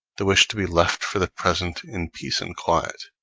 the wish to be left for the present in peace and quiet,